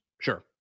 Sure